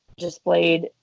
displayed